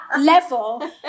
level